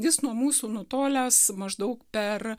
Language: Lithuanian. jis nuo mūsų nutolęs maždaug per